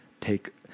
take